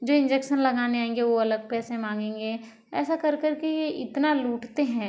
जो इंजेक्शन लगाने आयेंगे वो अलग पैसे मांगेंगे ऐसा कर करके ये इतना लूटते हैं